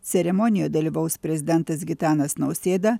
ceremonijoj dalyvaus prezidentas gitanas nausėda